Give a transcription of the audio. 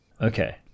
okay